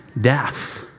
death